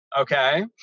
Okay